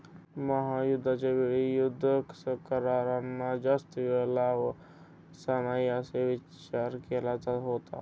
महायुद्धाच्या वेळी युद्ध करारांना जास्त वेळ लावायचा नाही असा विचार केला होता